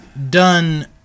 done